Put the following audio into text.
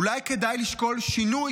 אולי כדאי לשקול שינוי.